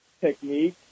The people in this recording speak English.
technique